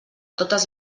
totes